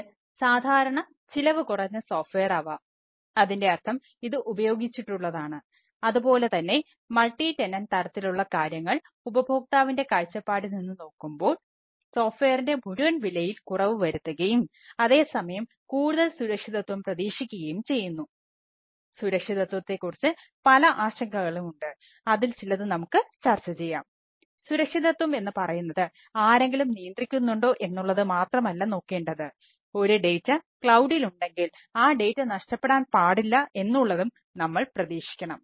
ഇത് സാധാരണ ചിലവ് കുറഞ്ഞ സോഫ്റ്റ്വെയർ നഷ്ടപ്പെടാൻ പാടില്ല എന്നുള്ളതും നമ്മൾ പ്രതീക്ഷിക്കണം